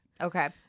Okay